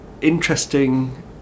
interesting